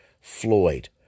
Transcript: Floyd